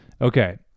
Okay